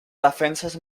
defenses